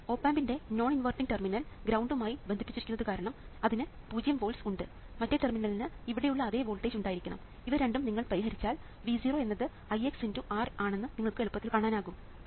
op ആമ്പിൻറെ non inverting terminal ഗ്രൌണ്ടുമായി ബന്ധിപ്പിച്ചിരിക്കുന്നത് കാരണം അതിന് 0 വോൾട്സ് ഉണ്ട് മറ്റേ ടെർമിനലിന് ഇവിടെയുള്ള അതേ വോൾട്ടേജ് ഉണ്ടായിരിക്കണം ഇവ രണ്ടും നിങ്ങൾ പരിഹരിച്ചാൽ V0 എന്നത് Is x R ആണെന്ന് നിങ്ങൾക്ക് എളുപ്പത്തിൽ കാണാനാകും